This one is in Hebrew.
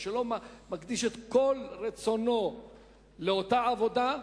או שלא מקדיש את כל רצונו לאותה עבודה,